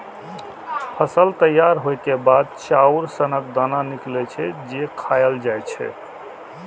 फसल तैयार होइ के बाद चाउर सनक दाना निकलै छै, जे खायल जाए छै